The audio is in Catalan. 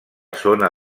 zona